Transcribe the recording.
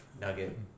Nugget